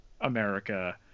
America